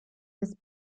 his